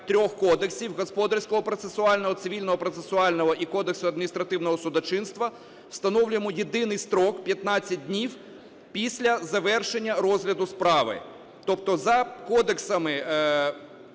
Тобто за кодексами